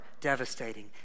devastating